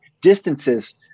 distances